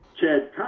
chad